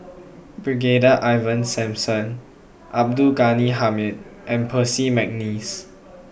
Brigadier Ivan Simson Abdul Ghani Hamid and Percy McNeice